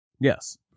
yes